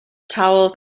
towels